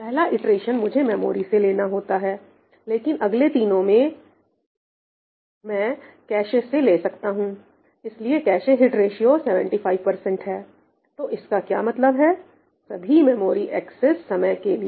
पहला iteration iterations मुझे memory से लेना होता है लेकिन अगले तीनों मैं कैशे से ले सकता हूं इसलिए कैशे हिट रेशियो 75 है तो इसका क्या मतलब है सभी मेमोरी एक्सेस समय के लिए